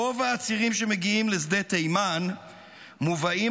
רוב העצירים שמגיעים לשדה תימן מובאים